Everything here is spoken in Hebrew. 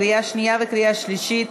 קריאה שנייה וקריאה שלישית.